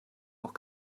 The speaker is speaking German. auch